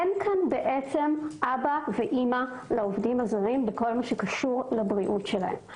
אין פה בעצם אבא ואימא לעובדים הזרים בכל הקשור לבריאותם.